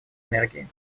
энергии